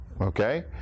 okay